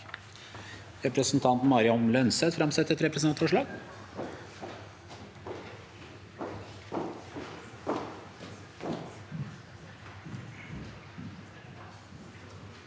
Representanten Mari Holm Lønseth vil framsette et representantforslag.